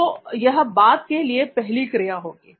तो यह "बाद" के लिए पहली क्रिया होगी